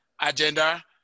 agenda